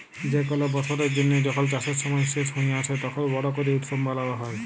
যে কল বসরের জ্যানহে যখল চাষের সময় শেষ হঁয়ে আসে, তখল বড় ক্যরে উৎসব মালাল হ্যয়